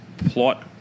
plot